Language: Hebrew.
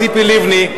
ציפי לבני,